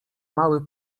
mały